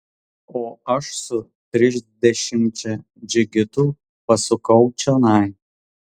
o aš su trisdešimčia džigitų pasukau čionai